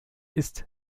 ist